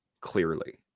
clearly